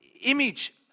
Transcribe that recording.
image